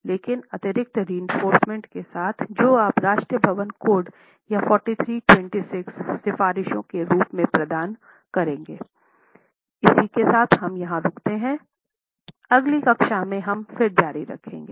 लेकिन अतिरिक्त रएंफोर्रसमेंट के साथ जो आप राष्ट्रीय भवन कोड या 4326 सिफारिशें के रूप में प्रदान करेंगे